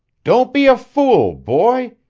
don't be a fool, boy.